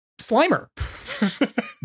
Slimer